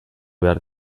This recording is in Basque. behar